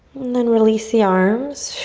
then release the arms.